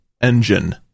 engine